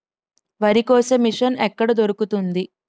వరి కోసే మిషన్ ఎక్కడ దొరుకుతుంది?